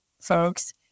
folks